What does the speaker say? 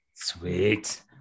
Sweet